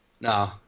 No